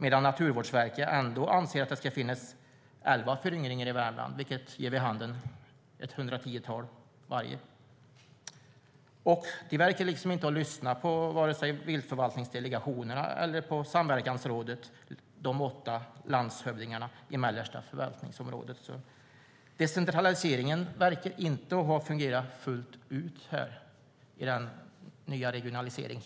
Men Naturvårdsverket anser ändå att det ska finnas elva föryngringar i Värmland, vilket ger vid handen ca 110 vargar. Man verkar inte ha lyssnat på vare sig viltförvaltningsdelegationerna eller samverkansrådet och de åtta landshövdingarna i mellersta förvaltningsområdet. Decentraliseringen verkar alltså inte ha fungerat fullt ut när det gäller den nya regionaliseringen